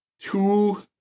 two